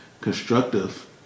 constructive